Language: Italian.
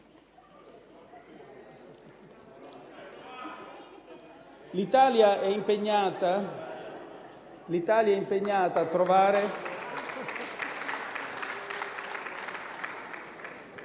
L'Italia è impegnata a trovare